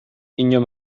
inon